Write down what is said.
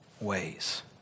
ways